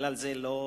בגלל זה לא,